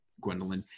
Gwendolyn